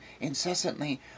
incessantly